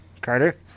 Carter